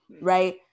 right